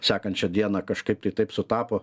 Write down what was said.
sekančią dieną kažkaip tai taip sutapo